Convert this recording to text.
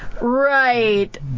Right